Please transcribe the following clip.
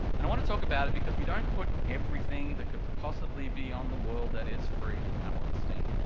and i want to talk about it because we don't put everything that could possibly be on the world that is free up on steam,